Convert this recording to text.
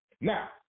Now